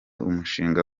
umushinga